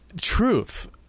truth